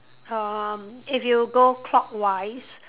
um if you go clockwise